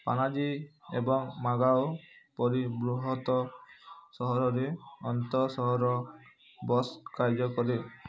ପାନାଜୀ ଏବଂ ମାର୍ଗାଓ ପରି ବୃହତ ସହରରେ ଆନ୍ତଃସହର ବସ୍ କାର୍ଯ୍ୟ କରେ